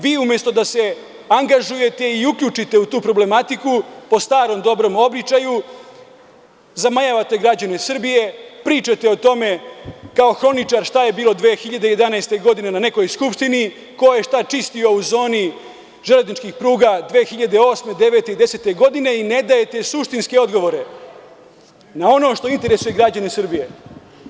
Vi umesto da se angažujete i uključite u tu problematiku, po starom dobrom običaju zamajavate građane Srbije, pričate o tome kao hroničar šta je bilo 2011. godine na nekoj skupštini, ko je i šta čistio u zoni železničkih pruga 2008, 2009. i 2010. godine i ne dajete suštinske odgovore na ono što interesuje građane Srbije.